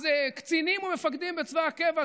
אז קצינים ומפקדים בצבא הקבע,